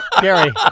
Gary